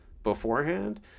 beforehand